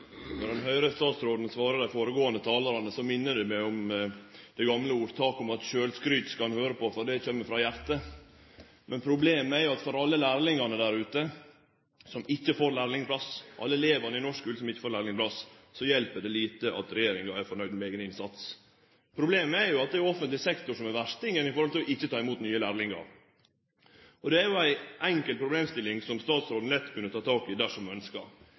Når ein høyrer statsråden svare dei føregåande talarane, minner det meg om det gamle ordtaket om at sjølvskryt skal ein høyre på, for det kjem frå hjartet. Men problemet er at for alle lærlingane som ikkje får lærlingplass – alle elevane i norsk skule som ikkje får lærlingplass – hjelper det lite at regjeringa er fornøgd med eigen innsats. Problemet er jo at det er offentleg sektor som er verstingen når det gjeld ikkje å ta imot nye lærlingar. Det er jo ei enkel problemstilling som statsråden lett kunne ta tak i, dersom ho ønskjer. Innanfor f.eks. helsefagarbeidarar er ein tredjedel av elevane no utan lærlingplass. Det er alvorleg for dei som